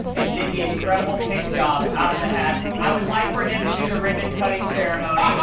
and did the incredible pick job out of the hat. i would like for him to do the ribbon cutting ceremony. um but